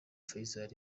faisal